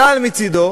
צה"ל מצדו